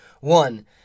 One